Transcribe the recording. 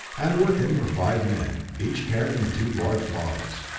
and with him were five men, each carrying two large bottles.